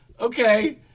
okay